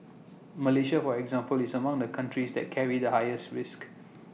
Malaysia for example is among the countries that carry the highest risk